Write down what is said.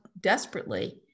desperately